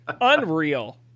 Unreal